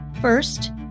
First